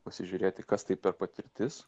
pasižiūrėti kas tai per patirtis